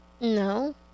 No